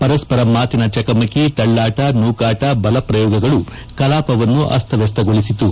ಪರಸ್ವರ ಮಾತಿನ ಚಕಮಕಿ ತಳ್ಳಾಟ ನೂಕಾಟ ಬಲ ಪ್ರಯೋಗಗಳು ಕಲಾಪವನ್ನು ಅಸ್ತವ್ಯಸ್ತಗೊಳಿಸಿತು